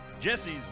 Jesse's